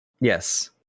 Yes